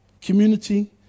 community